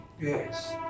Yes